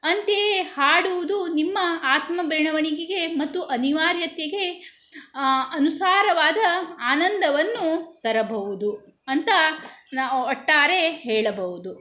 ಅಂತೆಯೇ ಹಾಡುವುದು ನಿಮ್ಮ ಆತ್ಮ ಬೆಳವಣಿಗೆಗೆ ಮತ್ತು ಅನಿವಾರ್ಯತೆಗೆ ಅನುಸಾರವಾದ ಆನಂದವನ್ನು ತರಭೌದು ಅಂತ ನಾವು ಒಟ್ಟಾರೆ ಹೇಳಬಹುದು